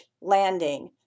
landing